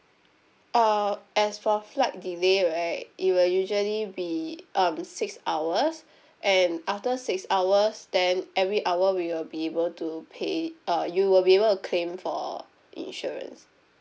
uh as for flight delay right it will usually be um six hours and after six hours then every hour we will be able to pay uh you will be able to claim for insurance